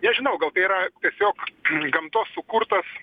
nežinau gal tai yra tiesiog gamtos sukurtas